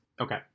Okay